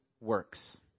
works